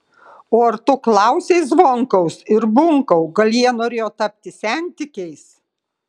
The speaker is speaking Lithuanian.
o ar tu klausei zvonkaus ir bunkau gal jie norėjo tapti sentikiais